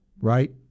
right